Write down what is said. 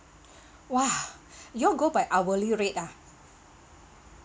!wah! y'all go by hourly rate ah